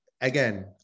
again